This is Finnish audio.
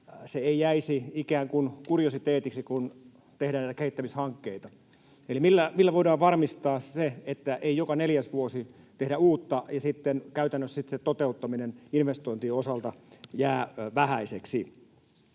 se ei jäisi ikään kuin kuriositeetiksi, kun tehdään näitä kehittämishankkeita. Eli millä voidaan varmistaa se, että ei joka neljäs vuosi tehdä uutta ja käytännössä sitten se toteuttaminen investointien osalta jää vähäiseksi?